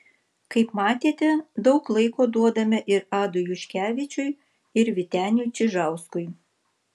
kaip matėte daug laiko duodame ir adui juškevičiui ir vyteniui čižauskui